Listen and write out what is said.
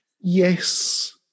Yes